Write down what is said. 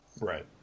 Right